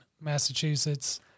Massachusetts